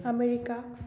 America